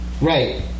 Right